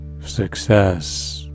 success